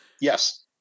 Yes